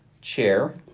chair